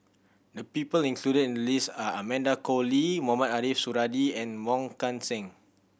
the people included in the list are Amanda Koe Lee Mohamed Ariff Suradi and Wong Kan Seng